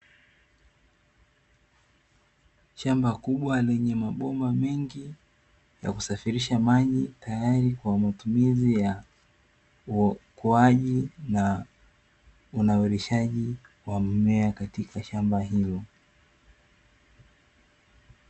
Shamba kubwa lenye mabomba mengi ya kusafirisha maji tayari kwa matumizi ya uokoaji na unawilishaji wa mimea katika shamba hilo.